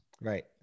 Right